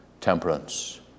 temperance